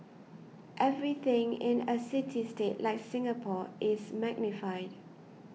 everything in a city state like Singapore is magnified